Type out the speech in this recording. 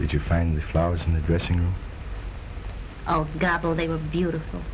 did you find the flowers in the dressing room they were beautiful